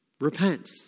Repent